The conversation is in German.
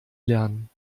lernen